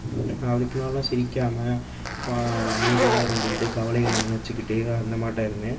அதுக்கு முன்னாலெலாம் சிரிக்காமல் அமைதியாக இருந்துக்கிட்டு கவலைகளை நினச்சிக்கிட்டு அந்தமாட்ட இருந்தேன்